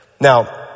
Now